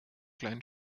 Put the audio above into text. kleinen